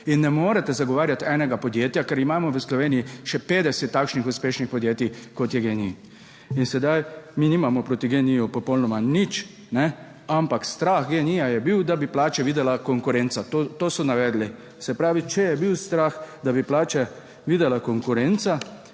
in ne morete zagovarjati enega podjetja, ker imamo v Sloveniji še 50 takšnih uspešnih podjetij kot je GEN-I in sedaj mi nimamo proti geniju popolnoma nič, ampak strah GEN-I je bil, da bi plače videla konkurenca, to so navedli, se pravi, če je bil strah, da bi plače videla konkurenca,